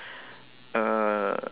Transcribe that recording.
uh